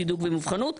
צידוק ומובחנות,